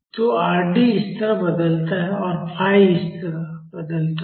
तो Rd इस तरह बदलता है और phi इस तरह बदलता है